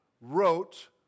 wrote